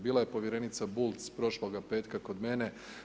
Bila je povjerenica Bulc prošloga petka kod mene.